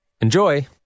Enjoy